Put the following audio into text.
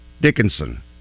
Dickinson